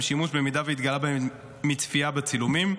שימוש במידע שהתגלה בהם מצפייה בצילומים.